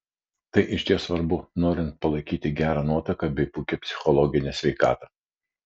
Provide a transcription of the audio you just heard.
tai išties svarbu norint palaikyti gerą nuotaiką bei puikią psichologinę sveikatą